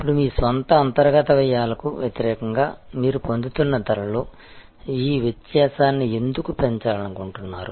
ఇప్పుడు మీ స్వంత అంతర్గత వ్యయాలకు వ్యతిరేకంగా మీరు పొందుతున్న ధరలో ఈ వ్యత్యాసాన్ని ఎందుకు పెంచాలనుకుంటున్నారు